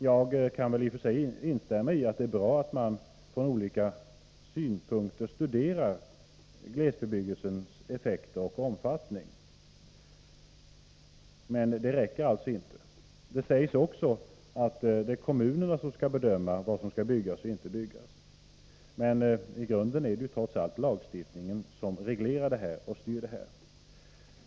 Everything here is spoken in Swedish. Jag kan i och för sig instämma i att det är bra att man ur olika synvinklar studerar glesbebyggelsens effekter och omfattning. Men det räcker inte! Det sägs också att det är kommunerna som skall bedöma vad som skall byggas och inte byggas, men i grunden är det trots allt lagstiftningen som reglerar och styr detta område.